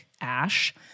ash